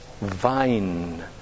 vine